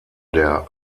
der